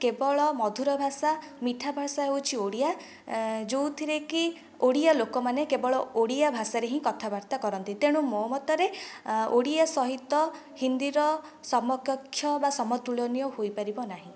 କେବଳ ମଧୁର ଭାଷା ମିଠା ଭାଷା ହେଉଛି ଓଡ଼ିଆ ଯେଉଁଥିରେ କି ଓଡ଼ିଆ ଲୋକମାନେ କେବଳ ଓଡ଼ିଆ ଭାଷାରେ ହିଁ କଥାବାର୍ତ୍ତା କରନ୍ତି ତେଣୁ ମୋ ମତରେ ଓଡ଼ିଆ ସହିତ ହିନ୍ଦୀର ସମକକ୍ଷ ବା ସମତୁଳନୀୟ ହୋଇପାରିବ ନାହିଁ